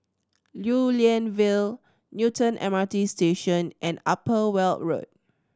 Lew Lian Vale Newton M R T Station and Upper Weld Road